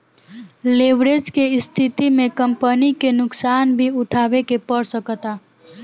leverage के स्थिति में कंपनी के नुकसान भी उठावे के पड़ सकता